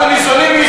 אנחנו ניזונים,